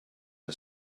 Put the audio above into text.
are